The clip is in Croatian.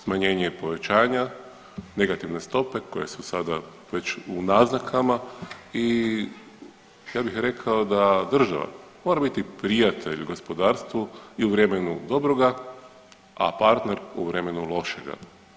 Smanjenje i povećanja, negativne stope koje su sada već u naznakama i ja bih rekao da država mora biti prijatelj gospodarstvu i u vremenu dobroga, a partner u vremenu lošega.